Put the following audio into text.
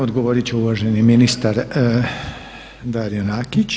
Odgovorit će uvaženi ministar Dario Nakić.